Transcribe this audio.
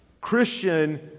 Christian